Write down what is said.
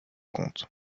compte